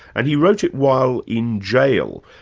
and he wrote it while in jail.